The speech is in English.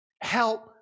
Help